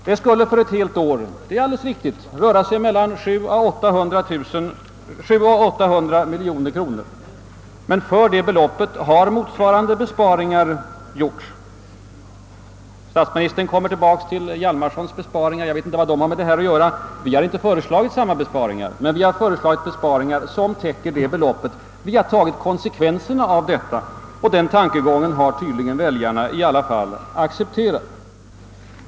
Det skulle för ett helt år — det är alldeles riktigt — röra sig om mellan 700 och 800 miljoner kronor i minskade skatteinkomster, men de har motsvarats av de besparingar som vi föreslagit. Men statsministern kommer tillbaka till herr Hjalmarsons besparingar. Jag vet inte vad de har med saken att göra. Vi har inte föreslagit samma besparingar, men vi har redovisat besparingar som täcker det aktuella beloppet. Vi har alltså tagit konsekvenserna av vårt förslag till skattesänkningar, och vår tankegång har tydligen väljarna i alla fall accepterat.